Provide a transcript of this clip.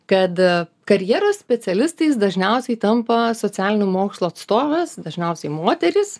kad karjeros specialistais dažniausiai tampa socialinių mokslų atstovės dažniausiai moterys